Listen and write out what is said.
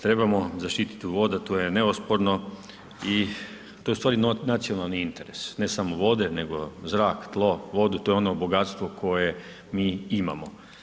Trebamo zaštiti vode, to je neosporno i to je ustvari nacionalni interes, ne samo vode, nego zrak, tlo, vodu, to je ono bogatstvo koje mi imamo.